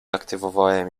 aktywowałem